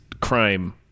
crime